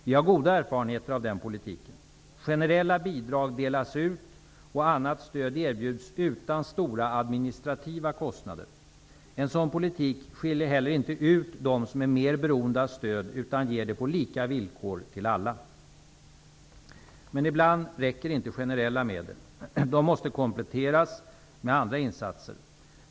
Vi har goda erfarenheter av den politiken. Generella bidrag delas ut och annat stöd erbjuds utan stora administrativa kostnader. En sådan politik skiljer inte heller ut dem som är mer beroende av stöd utan ger det på lika villkor till alla. Men ibland räcker inte generella medel. De måste kompletteras med andra insatser.